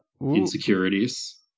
insecurities